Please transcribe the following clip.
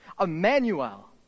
Emmanuel